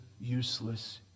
useless